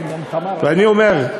ואני אומר,